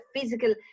physical